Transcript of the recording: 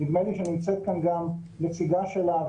שנדמה לי שנמצאת כאן גם נציגה שלה,